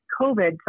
COVID